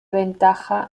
ventaja